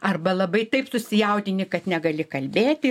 arba labai taip susijaudini kad negali kalbėti